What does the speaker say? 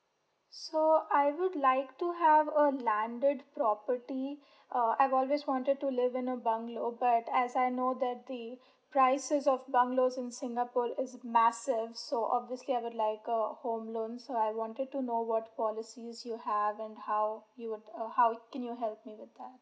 so I would like to have a landed property uh I've always wanted to live in a bungalow but as I know that the prices of bungalows in singapore is massive so obviously I would like a home loan so I wanted to know what policies you have and how you would uh how can you help me with that